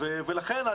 הדאגה שלנו